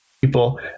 people